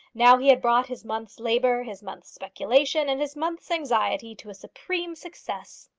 now he had brought his month's labour, his month's speculation, and his month's anxiety to a supreme success.